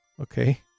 okay